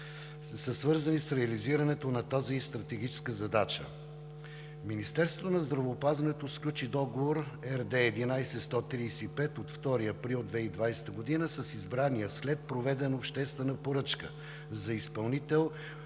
са свързани с реализирането на тази стратегическа задача. Министерството на здравеопазването сключи договор РД-11-135 от 2 април 2020 г. с избрания след проведена обществена поръчка за изпълнител